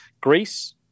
Greece